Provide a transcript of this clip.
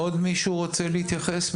עוד מישהו רוצה להתייחס?